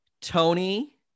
tony